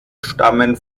stammen